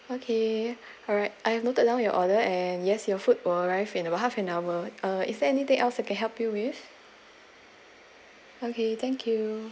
okay alright I have noted down your order and yes your food will arrive in about half an hour uh if anything else I can help you with okay thank you